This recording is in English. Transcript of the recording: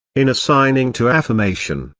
in assigning to affirmation,